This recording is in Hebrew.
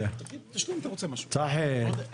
צחי, בבקשה.